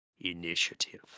initiative